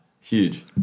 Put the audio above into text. Huge